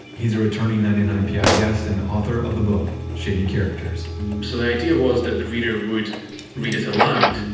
he's a returning ninety nine pi guest and author of the book, shady characters so the idea was that the reader would read it aloud,